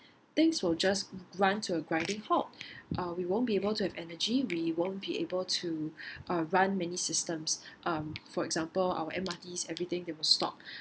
things will just run to a grinding halt uh we won't be able to have energy we won't be able to uh run many systems um for example our M_R_Ts everything they will stop